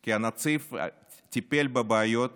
כי הנציב טיפל בבעיות